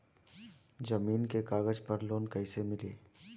जमीन के कागज पर लोन कइसे मिली?